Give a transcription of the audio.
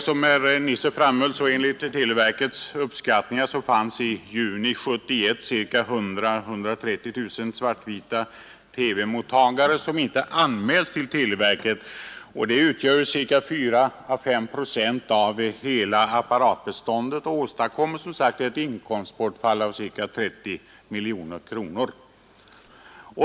Som herr Nisser framhöll fanns det enligt televerkets uppskattningar i juni 1971 100 000-130 000 svart-vita TV-mottagare som inte anmälts till televerket. Detta motsvarar 4—5 procent av hela apparatbeståndet och medför ett inkomstbortfall av ca 30 miljoner kronor.